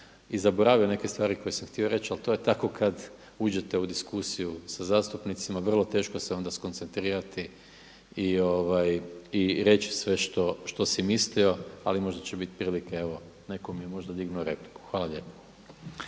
i zaboravio neke stvari koje sam htio reći ali to je tako kada uđete u diskusiju sa zastupnicima, vrlo teško se onda skoncentrirati i reći sve što si mislio, ali možda će biti prilike, evo, netko mi je možda dignuo repliku. Hvala lijepo.